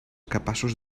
capaços